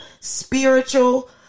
spiritual